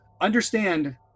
understand